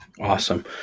Awesome